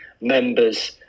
members